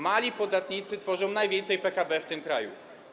Mali podatnicy tworzą najwięcej PKB w tym kraju.